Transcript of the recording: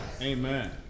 Amen